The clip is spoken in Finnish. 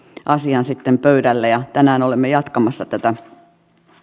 asian sitten pöydälle ja tänään olemme jatkamassa tätä